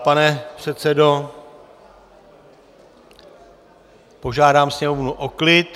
Pane předsedo, požádám sněmovnu o klid.